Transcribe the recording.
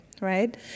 right